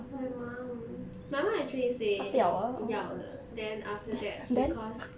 my mum my mum actually say 要的 then after that because